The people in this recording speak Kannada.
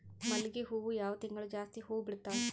ಮಲ್ಲಿಗಿ ಹೂವು ಯಾವ ತಿಂಗಳು ಜಾಸ್ತಿ ಹೂವು ಬಿಡ್ತಾವು?